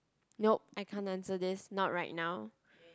nope I can't answer this not right now